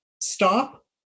stop